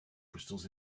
crystals